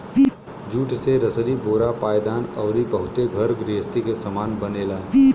jute से रसरी बोरा पायदान अउरी बहुते घर गृहस्ती के सामान बनेला